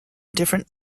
different